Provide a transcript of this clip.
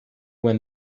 when